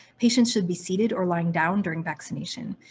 they should should be seated or lying down during vaccination.